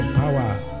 power